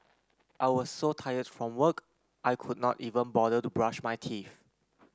I was so tired from work I could not even bother to brush my teeth